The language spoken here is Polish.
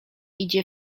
idzie